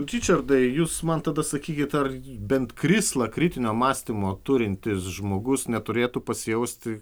ričardai jūs man tada sakykit ar bent krislą kritinio mąstymo turintis žmogus neturėtų pasijausti